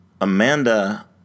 Amanda